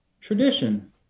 tradition